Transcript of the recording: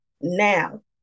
now